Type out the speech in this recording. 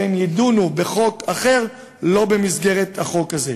והם יידונו בחוק אחר, לא במסגרת החוק הזה.